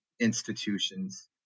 institutions